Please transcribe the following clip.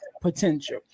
potential